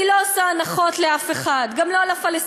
אני לא עושה הנחות לאף אחד, גם לא לפלסטינים.